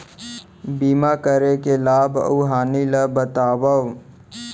बीमा करे के लाभ अऊ हानि ला बतावव